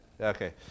Okay